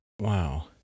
Wow